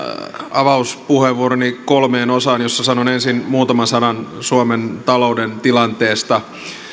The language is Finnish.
avauspuheenvuoroni kolmeen osaan sanon ensin muutaman sanan suomen talouden tilanteesta